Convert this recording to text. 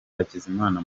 hakizimana